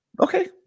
Okay